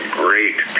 great